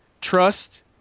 Trust